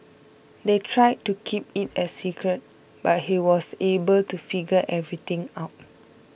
they tried to keep it a secret but he was able to figure everything out